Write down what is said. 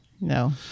No